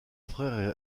frère